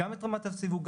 גם את רמת הסיווג,